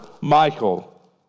michael